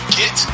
get